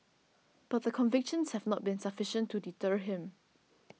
but the convictions have not been sufficient to deter him